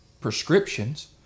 prescriptions